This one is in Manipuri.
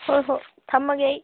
ꯍꯣꯏ ꯍꯣꯏ ꯊꯝꯃꯒꯦ ꯑꯩ